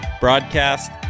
broadcast